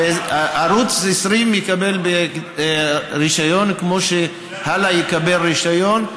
ערוץ 20 יקבל רישיון כמו שהלא יקבל רישיון,